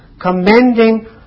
commending